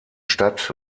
statt